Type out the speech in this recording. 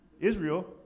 Israel